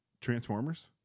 Transformers